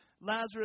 Lazarus